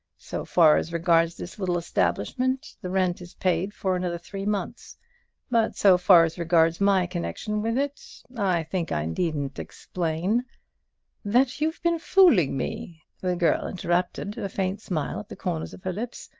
so far as regards this little establishment the rent is paid for another three months but, so far as regards my connection with it, i think i needn't explain that you've been fooling me! the girl interrupted, a faint smile at the corners of her lips.